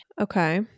okay